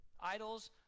Idols